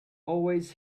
always